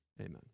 amen